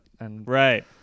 Right